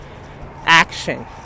action